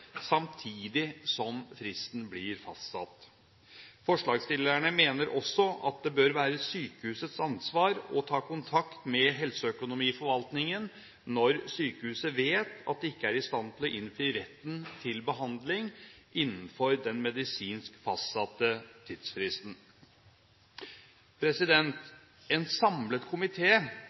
samtidig som fristen blir fastsatt. Forslagsstillerne mener også at det bør være sykehusets ansvar å ta kontakt med Helseøkonomiforvaltningen når sykehuset vet at det ikke er i stand til å innfri retten til behandling innenfor den medisinsk fastsatte tidsfristen. En samlet